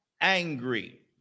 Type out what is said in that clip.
angry